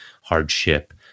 hardship